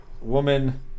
Woman